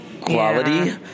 quality